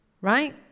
right